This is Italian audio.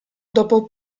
dopo